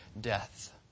death